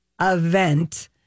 event